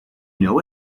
know